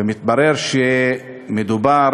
ומתברר שמדובר,